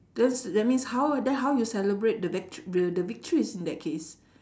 that's that means how then how you celebrate the vic~ the victories in that case